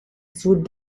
shoot